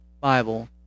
Bible